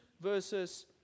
versus